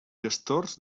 gestors